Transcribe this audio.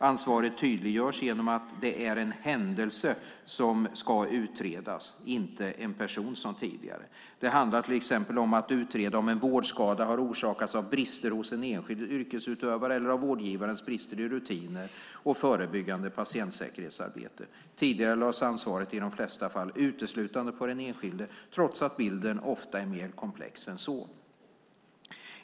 Ansvaret tydliggörs genom att det är en händelse som ska utredas och inte en person, som tidigare. Det handlar till exempel om att utreda om en vårdskada har orsakats av brister hos en enskild yrkesutövare eller av vårdgivarens brister i rutiner och förebyggande patientsäkerhetsarbete. Tidigare lades ansvaret i de flesta fall uteslutande på den enskilde, trots att bilden ofta är mer komplex än så.